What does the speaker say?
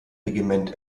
regiment